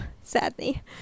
sadly